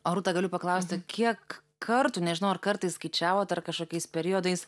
o rūta galiu paklausti kiek kartų nežinau ar kartais skaičiavot ar kažkokiais periodais